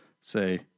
say